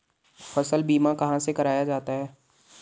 फसल बीमा कहाँ से कराया जाता है?